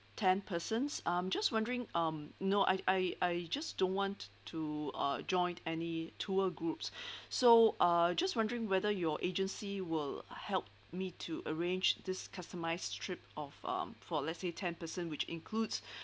ten persons I'm just wondering um no I I I just don't want to uh join any tour groups so uh just wondering whether your agency will help me to arrange this customised trip of um for let's say ten person which includes